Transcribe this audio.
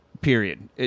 Period